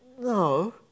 no